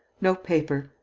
no paper,